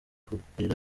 kugurira